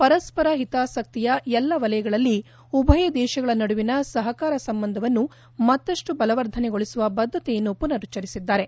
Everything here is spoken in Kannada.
ಪರಸ್ವರ ಹಿತಾಸಕ್ತಿಯ ಎಲ್ಲ ವಲಯಗಳಲ್ಲಿ ಉಭಯ ದೇಶಗಳ ನಡುವಿನ ಸಹಕಾರ ಸಂಬಂಧವನ್ನು ಮತ್ತಷ್ಟು ಬಲವರ್ಧನೆಗೊಳಿಸುವ ಬದ್ದತೆಯನ್ನು ಪುನರುಚ್ಚರಿಸಿದ್ದಾರೆ